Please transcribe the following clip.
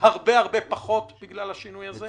הרבה הרבה פחות בגלל השינוי הזה.